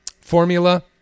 formula